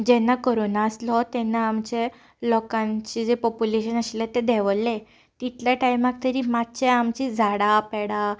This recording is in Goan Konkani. जेन्ना करोना आसलो तेन्ना आमचे लोकांचें जें पोपुलेशन आसा तें देंवल्लें तितले टायमाक तरी मातशे आमगेलीं झाडां पेडां